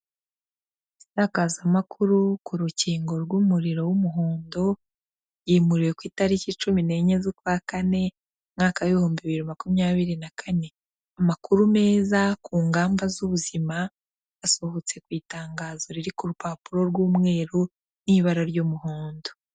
Itangazamakuru ku rukingo rw'umuriro w'umuhondo yimuriwe ku itariki cumi n'enye z'ukwa kane umwaka wibihumbi bibiri makumyabiri na kane, amakuru meza ku ngamba z'ubuzima asohotse ku itangazo riri ku rupapuro rw'umweru n'ibara ry'umuhondo.